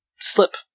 slip